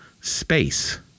Space